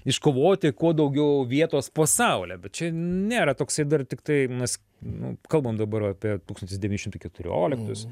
iškovoti kuo daugiau vietos pasaulio bet čia nėra toksai dar tiktai mas nu kalbam dabar apie tūkstantis devyni šimtai keturioliktus